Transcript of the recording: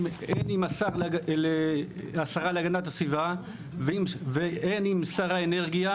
הן עם השרה להגנת הסביבה והן עם שר האנרגיה,